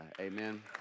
amen